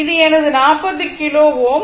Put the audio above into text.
இது எனது 40 கிலோ Ω